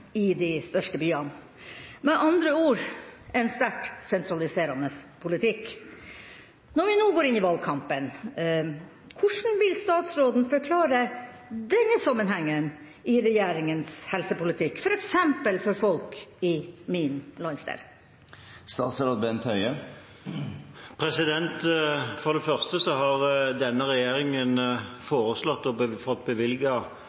i de største byene. Det er med andre ord en sterkt sentraliserende politikk. Når vi nå går inn i valgkampen, hvordan vil statsråden forklare denne sammenhengen i regjeringas helsepolitikk, f.eks. for folk i min landsdel? For det første har denne regjeringen foreslått og fått